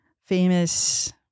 famous